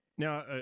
Now